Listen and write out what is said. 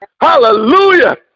Hallelujah